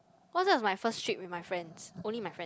because that was my first trip with my friends only my friend